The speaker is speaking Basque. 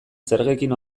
zergekin